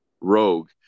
rogue